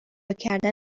کردن